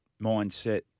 mindset